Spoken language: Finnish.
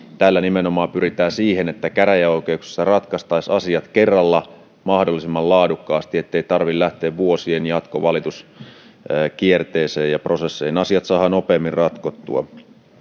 nimenomaan pyritään siihen että käräjäoikeuksissa ratkaistaisiin asiat kerralla mahdollisimman laadukkaasti ettei tarvitse lähteä vuosien jatkovalituskierteeseen ja prosesseihin asiat saadaan nopeammin ratkottua